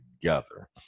together